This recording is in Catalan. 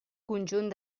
conjunt